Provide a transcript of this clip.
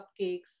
cupcakes